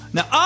Now